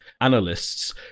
analysts